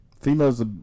Females